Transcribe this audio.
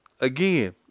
again